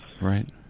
right